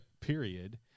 period